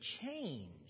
change